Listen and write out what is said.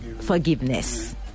forgiveness